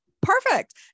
Perfect